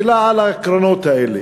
מילה על העקרונות האלה.